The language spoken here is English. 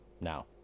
now